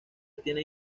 tienen